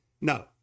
No